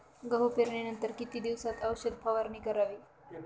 गहू पेरणीनंतर किती दिवसात औषध फवारणी करावी?